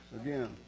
Again